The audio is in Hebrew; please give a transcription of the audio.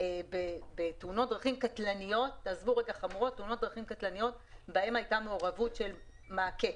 בתאונות דרכים קטלניות שבהן הייתה מעורבות של מעקה